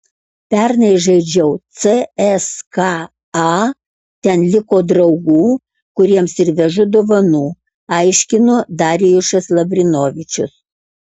pernai žaidžiau cska ten liko draugų kuriems ir vežu dovanų aiškino darjušas lavrinovičius